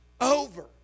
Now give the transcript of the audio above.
over